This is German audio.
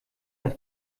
des